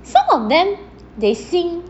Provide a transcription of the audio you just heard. some of them they sing